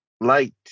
light